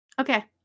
Okay